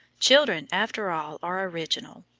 children after all are original,